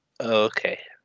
Okay